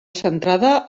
centrada